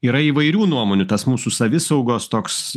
yra įvairių nuomonių tas mūsų savisaugos toks